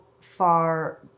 far